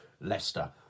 Leicester